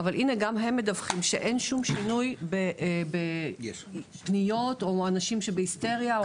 אבל הנה גם הם מדווחים שאין שום שינוי בפניות או אנשים שבהיסטריה.